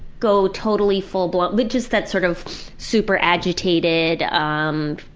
go totally full-blown which is that sort of super-agitated, um,